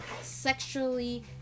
sexually